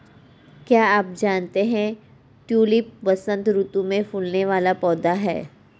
क्या आप जानते है ट्यूलिप वसंत ऋतू में फूलने वाला पौधा है